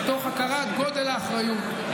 מתוך הכרת גודל האחריות,